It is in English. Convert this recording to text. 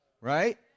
Right